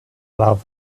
love